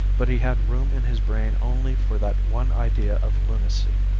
but he had room in his brain only for that one idea of lunacy.